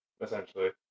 essentially